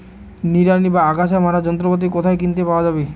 নিড়ানি বা আগাছা মারার যন্ত্রপাতি কোথায় কিনতে পাওয়া যাবে?